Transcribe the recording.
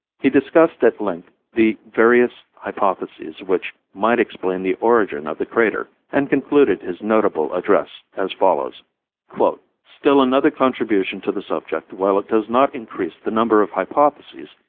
he discussed at length the various hypotheses which might explain the origin of the crater and concluded his notable address as follows still another contribution to the subject, while it does not increase the number of hypotheses,